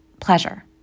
pleasure